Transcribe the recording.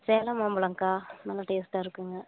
சேலம் மாம்பழங்க்கா நல்லா டேஸ்ட்டாக இருக்குங்க